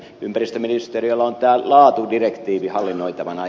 ympäristöministeriöllä on tämä laatudirektiivi hallinnoitavana